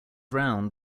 round